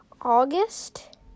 August